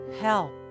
help